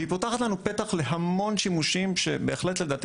והיא פותחת לנו פתח להמון שימושים שבהחלט לדעתי